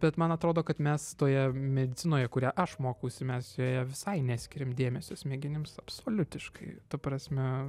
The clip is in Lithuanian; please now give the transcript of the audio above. bet man atrodo kad mes toje medicinoje kurią aš mokausi mes joje visai neskiriam dėmesio smegenims absoliutiškai ta prasme